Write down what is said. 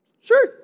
Sure